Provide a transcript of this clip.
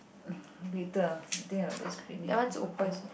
later I think I'll just finish this one first